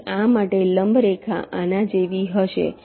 તેથી આ માટે લંબ રેખા આના જેવી હશે